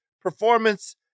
performance